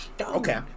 Okay